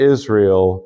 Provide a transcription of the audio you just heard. Israel